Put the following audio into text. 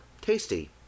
tasty